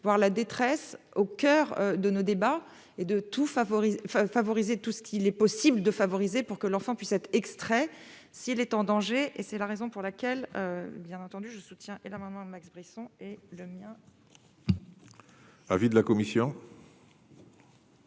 voire la détresse au coeur de nos débats et de tout favorise enfin favoriser tout ce qu'il est possible de favoriser, pour que l'enfant puisse être extrait s'il est en danger et c'est la raison pour laquelle, bien entendu, je soutiens et la maman de Max Brisson et. Le mien. Avis de la commission.